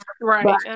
right